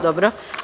Dobro.